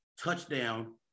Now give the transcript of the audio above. touchdown